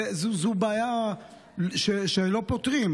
זו בעיה שלא פותרים.